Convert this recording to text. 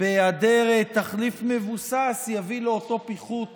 בהיעדר תחליף מבוסס, תביא לאותו פיחות